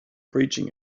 preaching